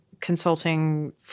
consulting